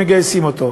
מגייסים אותו.